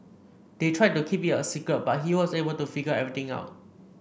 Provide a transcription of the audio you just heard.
they tried to keep it a secret but he was able to figure everything out